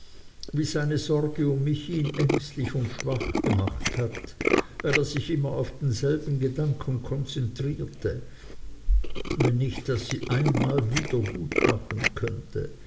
wie seine sorge um mich ihn ängstlich und schwach gemacht hat weil er sich immer auf denselben gedanken konzentrierte wenn ich das einmal wieder gutmachen könnte